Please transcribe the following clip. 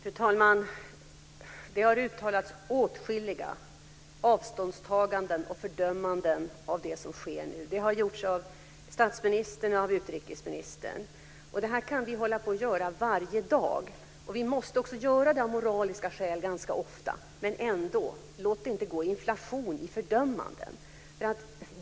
Fru talman! Det har uttalats åtskilliga avståndstaganden och fördömanden av det som nu sker. Det har gjorts av statsministern och av utrikesministern. Detta kan vi göra varje dag, och vi måste också göra det av moraliska skäl ganska ofta. Men låt det inte gå inflation i fördömanden.